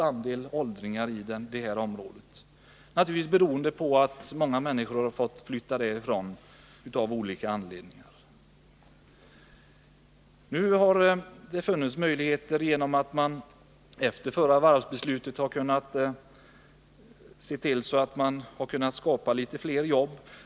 Andelen åldringar är alltså hög i området, naturligtvis beroende på att många människor har fått flytta därifrån, av olika anledningar. Efter förra varvsbeslutet har man kunnat se till att skapa litet fler jobb.